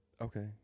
Okay